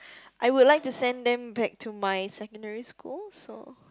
I would like to send them back to my secondary school so